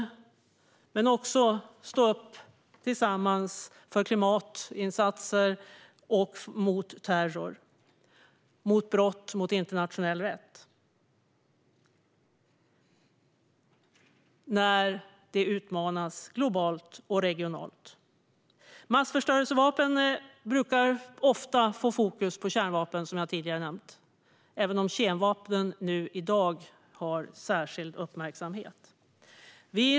Men vi måste också stå upp tillsammans för klimatinsatser, mot terror och mot brott mot internationell rätt när den utmanas globalt och regionalt. Diskussionen om massförstörelsevapen brukar ofta fokusera på kärnvapen, som jag tidigare nämnt, även om kemvapnen i dag har särskild uppmärksamhet.